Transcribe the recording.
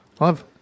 love